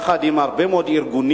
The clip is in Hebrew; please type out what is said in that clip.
יחד עם הרבה מאוד ארגונים,